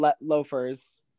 loafers